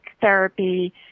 therapy